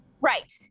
Right